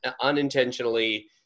unintentionally